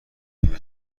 تیم